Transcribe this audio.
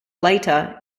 later